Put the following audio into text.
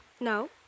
No